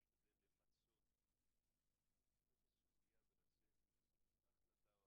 אנחנו נשתדל למצות את הסוגיה ולצאת עם החלטה או